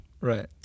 Right